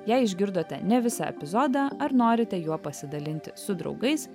jei išgirdote ne visą epizodą ar norite juo pasidalinti su draugais